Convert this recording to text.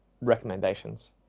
recommendations